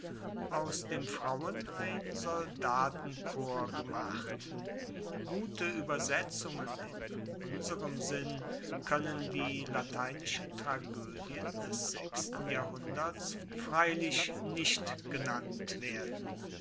aus dem frauen ein soldatenchor gemacht gute uebersetzungen in unserem sinn koennen die lateinischen tragoedien des sechsten jahrhunderts freilich nicht genannt werden